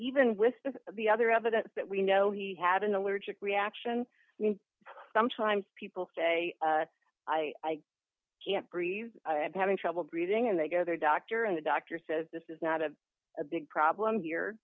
even with the other evidence that we know he had an allergic reaction i mean sometimes people say i can't breathe i'm having trouble breathing and they go their doctor and the doctor says this is not a big problem